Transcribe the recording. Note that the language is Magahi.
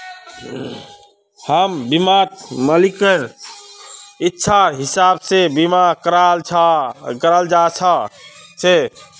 होम बीमात मालिकेर इच्छार हिसाब से बीमा कराल जा छे